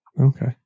Okay